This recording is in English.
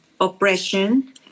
oppression